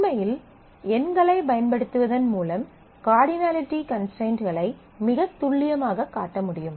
உண்மையில் எண்களைப் பயன்படுத்துவதன் மூலம் கார்டினலிட்டி கன்ஸ்ட்ரைண்ட்களை மிகத் துல்லியமாகக் காட்ட முடியும்